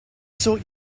sort